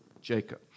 Jacob